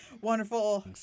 Wonderful